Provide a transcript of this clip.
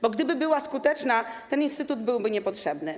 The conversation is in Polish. Bo gdyby była skuteczna, ten instytut byłby niepotrzebny.